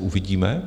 Uvidíme.